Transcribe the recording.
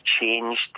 changed